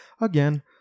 again